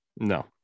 No